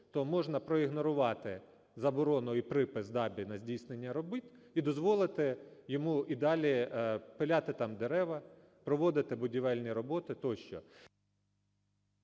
то можна проігнорувати заборону і припис ДАБІ на здійснення робіт і дозволити йому і далі пиляти там дерева, проводити будівельні роботи тощо.